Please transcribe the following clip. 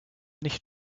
nicht